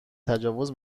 تجاوز